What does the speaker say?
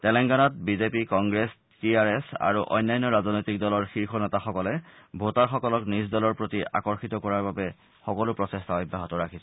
তেলেংগানাত BJP Congress T R S আৰু অন্যান্য ৰাজৈনৈতিক দলৰ শীৰ্ষ নেতাসকলে ভোটাৰসকলক নিজ দলৰ প্ৰতি আকৰ্ষিত কৰাৰ বাবে সকলো প্ৰচেষ্টা অব্যাহত ৰাখিছে